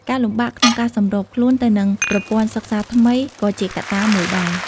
ការលំបាកក្នុងការសម្របខ្លួនទៅនឹងប្រព័ន្ធសិក្សាថ្មីក៏ជាកត្តាមួយដែរ។